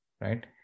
right